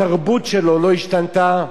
התרבות שלו לא השתנתה,